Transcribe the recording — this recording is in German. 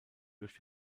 durch